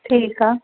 ठीकु आहे